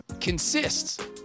consists